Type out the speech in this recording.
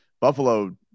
Buffalo